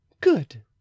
Good